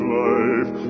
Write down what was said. life